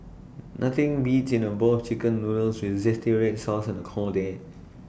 nothing beats in A bowl of Chicken Noodles with Red Sauce on A cold day